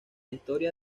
historia